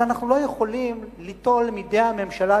אבל אנחנו לא יכולים ליטול מידי הממשלה,